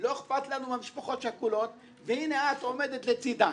לא אכפת לנו מהמשפחות השכולות והנה את עומדת לצדן.